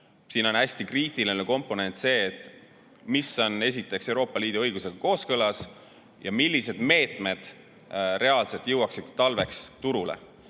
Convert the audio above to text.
Siin on hästi kriitiline komponent see, mis on Euroopa Liidu õigusega kooskõlas ja millised meetmed reaalselt jõuaksid talveks turule.